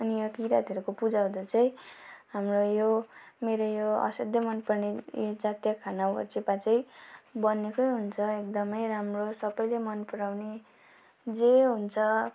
अनि यहाँ किरातहरूको पूजा हुँदा चाहिँ हाम्रो यो मेरो यो असाध्यै मन पनि यो जातीय खाना हो वाचिप्पा चाहिँ बनिएकै हुन्छ एकदमै राम्रो सबैले मन पराउने जे हुन्छ